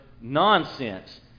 nonsense